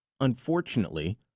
unfortunately